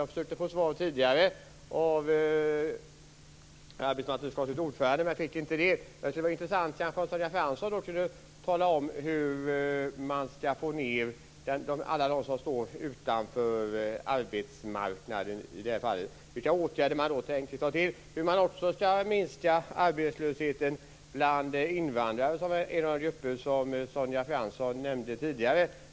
Jag försökte få svar tidigare av arbetsmarknadsutskottets ordförande, men jag fick inte det. Det skulle vara intressant om Sonja Fransson kunde tala om hur man ska få ned siffrorna när det gäller alla dem som står utanför arbetsmarknaden. Vilka åtgärder tänker man ta till? Och hur ska man minska arbetslösheten bland invandrare? Det är en av de grupper som Sonja Fransson nämnde tidigare.